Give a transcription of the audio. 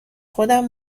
خودم